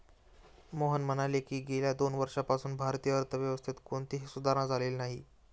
मोहन म्हणाले की, गेल्या दोन वर्षांपासून भारतीय अर्थव्यवस्थेत कोणतीही सुधारणा झालेली नाही